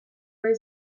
ohi